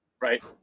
right